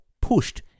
pushed